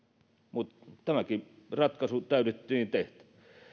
mutta tämäkin ratkaisu täytyi tehdä